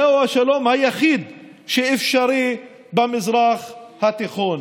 זהו השלום היחיד שאפשרי במזרח התיכון.